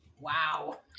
Wow